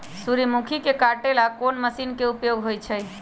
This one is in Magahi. सूर्यमुखी के काटे ला कोंन मशीन के उपयोग होई छइ?